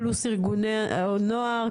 פלוס ארגוני הנוער,